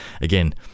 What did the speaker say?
Again